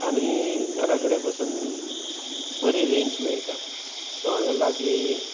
आनी घरा कडेन पासून बरी रेंज मेळटा सो हांगा लागीं